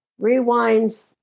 rewinds